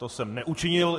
To jsem neučinil.